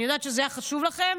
אני יודעת שזה היה חשוב לכם,